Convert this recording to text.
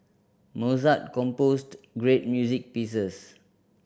Mozart composed great music pieces